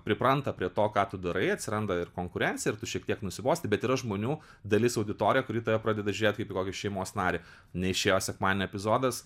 pripranta prie to ką tu darai atsiranda ir konkurencija ir tu šiek tiek nusibosti bet yra žmonių dalis auditorija kuri tave pradeda žiūrėt kaip į kokį šeimos narį neišėjo sekmadienį epizodas